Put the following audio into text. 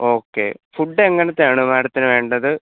okay food എങ്ങനത്തെയാണ് മാഡത്തിന് വേണ്ടത്